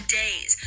days